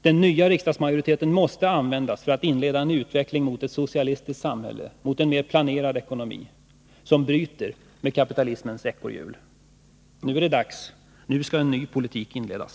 Den nya riksdagsmajoriteten måste användas för att inleda en utveckling mot ett socialistiskt samhälle, mot en mer planerad ekonomi, som bryter med kapitalismens ekorrhjul. Nu är det dags. Nu skall en ny politik inledas.